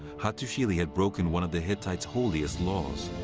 hattusili had broken one of the hittites' holiest laws.